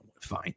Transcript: fine